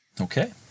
Okay